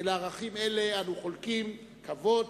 ולערכים אלה אנו חולקים כבוד,